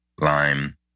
lime